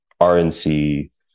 RNC